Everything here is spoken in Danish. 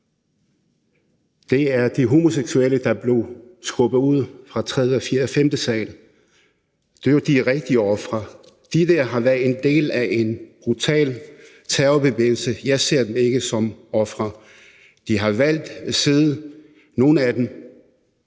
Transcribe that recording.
det er de homoseksuelle, der blev skubbet ud fra tredje, fjerde eller femte sal. Det er jo de rigtige ofre. De her mennesker har været en del af en brutal terrorbevægelse, og jeg ser dem ikke som ofre. De har valgt side – nogle af dem